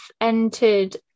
entered